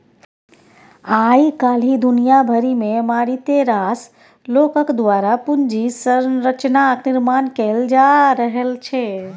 आय काल्हि दुनिया भरिमे मारिते रास लोकक द्वारा पूंजी संरचनाक निर्माण कैल जा रहल छै